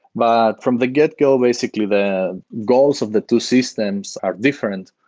but from the get go, basically the goals of the two systems are different.